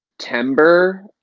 September